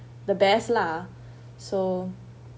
the best lah so